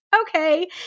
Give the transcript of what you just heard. okay